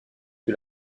que